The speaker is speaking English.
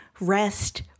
rest